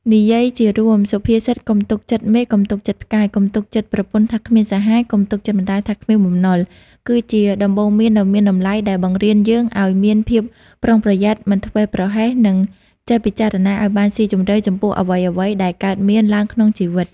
និយាយជារួម សុភាសិត "កុំទុកចិត្តមេឃកុំទុកចិត្តផ្កាយ កុំទុកចិត្តប្រពន្ធថាគ្មានសាហាយ កុំទុកចិត្តម្ដាយថាគ្មានបំណុល" គឺជាដំបូន្មានដ៏មានតម្លៃដែលបង្រៀនយើងឱ្យមានភាពប្រុងប្រយ័ត្ន មិនធ្វេសប្រហែស និងចេះពិចារណាឱ្យបានស៊ីជម្រៅចំពោះអ្វីៗដែលកើតមានឡើងក្នុងជីវិត។